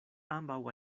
ambaŭ